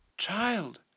Child